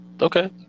Okay